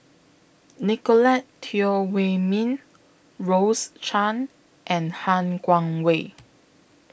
Nicolette Teo Wei Min Rose Chan and Han Guangwei